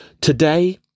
Today